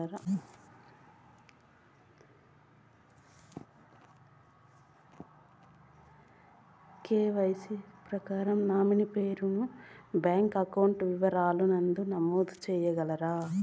KYC ప్రకారం nominee పేరు ను బ్యాంకు అకౌంట్ వివరాల నందు నమోదు సేయగలరా?